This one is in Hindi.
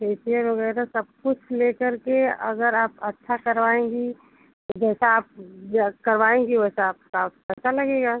फेसियल वगैरह सब कुछ लेकर के अगर आप अच्छा करवाएँगी तो जैसा आप जा करवाएँगी वैसा आपका पैसा लगेगा